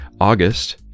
August